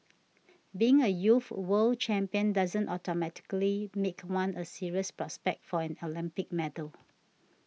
being a youth world champion doesn't automatically make one a serious prospect for an Olympic medal